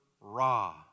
ra